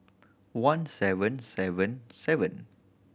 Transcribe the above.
one seven seven seven